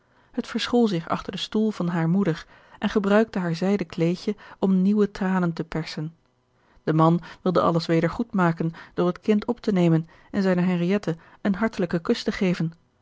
het verschool zich achter den stoel van hare moeder en gebruikte haar zijden kleedje om nieuwe tranen te persen de man wilde alles weder goed maken door het kind op te nemen en zijner henriëtte een hartelijken kus te geven